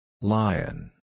Lion